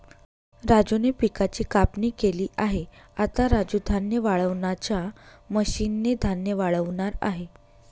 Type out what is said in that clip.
राजूने पिकाची कापणी केली आहे, आता राजू धान्य वाळवणाच्या मशीन ने धान्य वाळवणार आहे